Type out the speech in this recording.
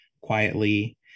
quietly